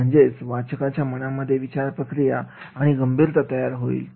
म्हणजे वाचकाच्या मनामध्ये विचारप्रक्रिया आणि गंभीरता तयार होईल